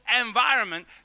environment